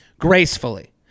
gracefully